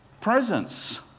presence